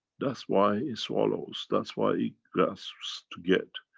that's why he swallows that's why he grasps to get.